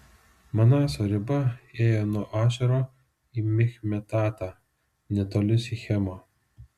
manaso riba ėjo nuo ašero į michmetatą netoli sichemo